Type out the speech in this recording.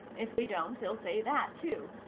if we don't, he'll say that, too.